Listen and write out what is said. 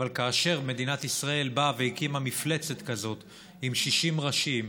אבל כאשר מדינת ישראל באה והקימה מפלצת כזאת עם 60 ראשים,